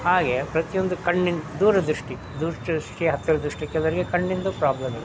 ಹಾಗೆ ಪ್ರತಿಯೊಂದು ಕಣ್ಣಿಂದ ದೂರದೃಷ್ಟಿ ದೂರ ದೃಷ್ಟಿ ಹತ್ತಿರ ದೃಷ್ಟಿ ಕೆಲವರಿಗೆ ಕಣ್ಣಿಂದು ಪ್ರಾಬ್ಲಮ್ ಇರುತ್ತೆ